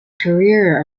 career